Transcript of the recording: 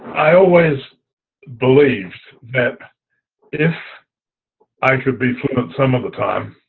i always believed that if i could be fluent some of the time